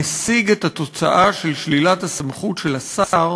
משיג את התוצאה של שלילת הסמכות של השר